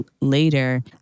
later